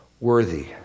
worthy